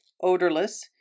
odorless